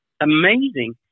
amazing